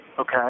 Okay